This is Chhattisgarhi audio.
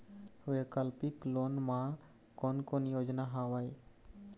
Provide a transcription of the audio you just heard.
वैकल्पिक लोन मा कोन कोन योजना हवए?